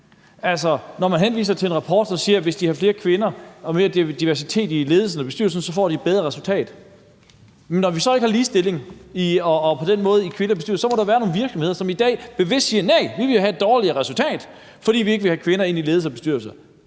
Altså, når man henviser til en rapport, som siger, at hvis de har flere kvinder og mere diversitet i ledelsen og bestyrelsen, får de et bedre resultat, men når vi så ikke har ligestilling og på den måde har kvinder i bestyrelserne, må der være nogle virksomheder, som i dag bevidst siger: Næ, vi vil have et dårligere resultat, for vi vil ikke have kvinder ind i ledelsen og bestyrelsen.